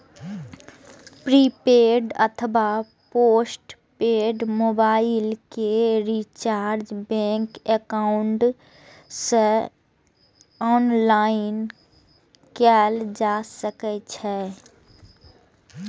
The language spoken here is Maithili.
प्रीपेड अथवा पोस्ट पेड मोबाइल के रिचार्ज बैंक एकाउंट सं ऑनलाइन कैल जा सकै छै